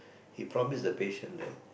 he promise the patient that